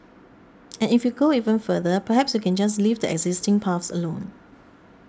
and if you go even further perhaps you can just leave the existing paths alone